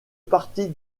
partie